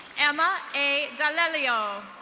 emma a dollelio.